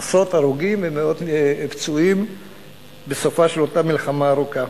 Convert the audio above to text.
עשרות הרוגים ומאות פצועים בסופה של אותה מלחמה ארוכה.